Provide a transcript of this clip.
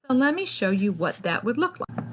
and let me show you what that would look like